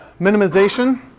Minimization